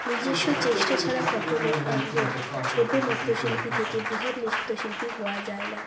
নিজস্ব চেষ্টা ছাড়া কখনই একজন ছোটো নৃত্য শিল্পী থেকে বৃহৎ নৃত্য শিল্পী হওয়া যায় না